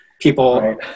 people